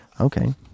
Okay